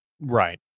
Right